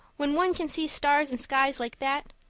when one can see stars and skies like that,